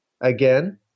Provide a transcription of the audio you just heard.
again